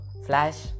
Flash